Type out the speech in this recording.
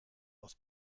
aus